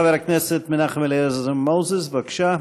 חבר הכנסת מנחם אליעזר מוזס, בבקשה.